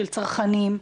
של צרכנים.